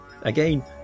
Again